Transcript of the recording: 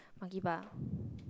monkey bar